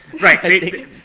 Right